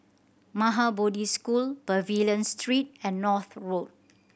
Maha Bodhi School Pavilion Street and North Road